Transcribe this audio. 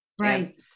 Right